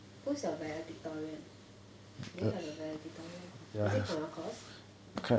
whose your valedictorian do you have a valedictorian is it from your course